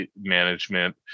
management